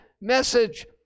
message